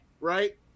Right